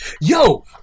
Yo